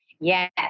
Yes